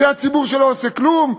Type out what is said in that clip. זה הציבור שלא עושה כלום.